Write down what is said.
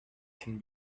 can